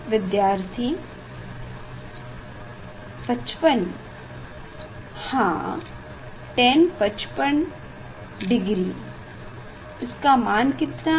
विद्यार्थी 55 हाँ tan 55 degree इसका मान कितना है